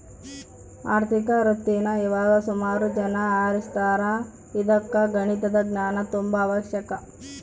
ಆರ್ಥಿಕ ವೃತ್ತೀನಾ ಇವಾಗ ಸುಮಾರು ಜನ ಆರಿಸ್ತದಾರ ಇದುಕ್ಕ ಗಣಿತದ ಜ್ಞಾನ ತುಂಬಾ ಅವಶ್ಯಕ